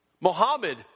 Mohammed